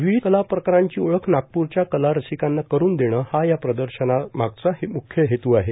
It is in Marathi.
विविध कलाप्रकारांची ओळख नागप्रच्या कला रसिकांना करून देणं हा या प्रदर्शनाचा मागचा म्ख्य हेतू आहे